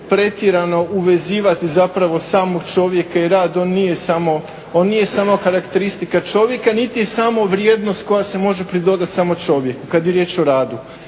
pretjerano uvezivati zapravo samog čovjeka i rad. On nije samo, on nije samo karakteristika čovjeka niti samo vrijednost koja se može pridodati samo čovjeku kada je riječ o radu.